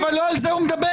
אבל לא על זה הוא מדבר.